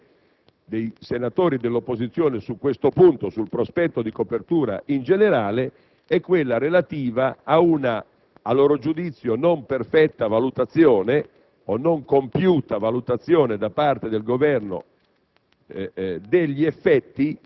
La terza osservazione dei senatori dell'opposizione su questo punto, sul prospetto di copertura in generale, è quella relativa, sempre a loro giudizio, ad una non perfetta o non compiuta valutazione da parte del Governo